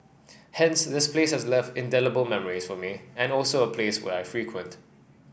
hence this place has left indelible memories for me and also a place where I frequent